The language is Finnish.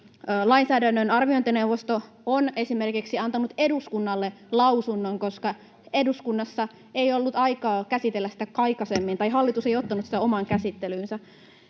lainsäädännön arviointineuvosto on esimerkiksi antanut eduskunnalle lausunnon, koska eduskunnassa ei ollut aikaa käsitellä sitä aikaisemmin, tai siis hallitus ei ottanut sitä omaan käsittelyynsä.